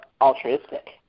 altruistic